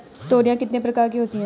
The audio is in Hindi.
तोरियां कितने प्रकार की होती हैं?